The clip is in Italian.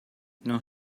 non